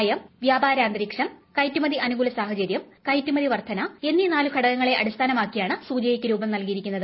നയം വ്യാപാരാന്തരീക്ഷം കയറ്റുമതി അനുകൂല സാഹചര്യം കയറ്റുമതി വർധന എന്നീ നാലു ഘടകങ്ങളെ അടിസ്ഥാന മാക്കിയാണ് സൂചികക്ക് രൂപം നൽകിയിരിക്കുന്നത്